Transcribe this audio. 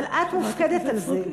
אבל את מופקדת על זה,